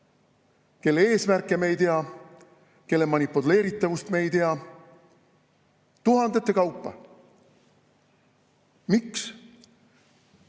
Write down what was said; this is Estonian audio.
kelle eesmärke me ei tea, kelle manipuleeritavust me ei tea – tuhandete kaupa. Miks?